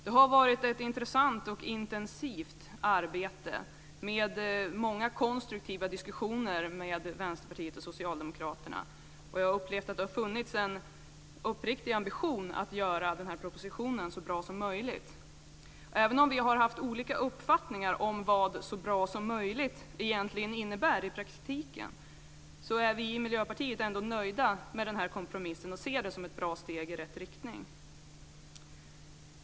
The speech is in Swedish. Det har varit ett intressant och intensivt arbete med många konstruktiva diskussioner med Vänsterpartiet och Socialdemokraterna. Jag har upplevt att det har funnits en uppriktig ambition att göra den här propositionen så bra som möjligt. Även om vi har haft olika uppfattningar om vad "så bra som möjligt" egentligen innebär i praktiken är vi i Miljöpartiet nöjda med den här kompromissen och ser den som ett bra steg i rätt riktning.